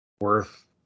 worth